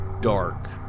dark